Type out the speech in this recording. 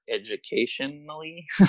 educationally